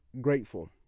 grateful